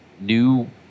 new